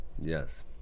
Yes